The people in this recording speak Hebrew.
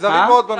נזהרים מאוד בנושא.